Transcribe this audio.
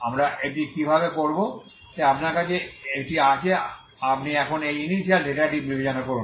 আমরা এটি কিভাবে করব তাই আপনার কাছে এটি আছে আপনি এখন এই ইনিশিয়াল ডেটাটি বিবেচনা করুন